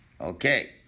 okay